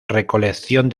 recolección